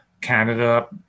Canada